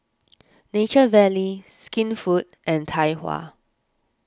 Nature Valley Skinfood and Tai Hua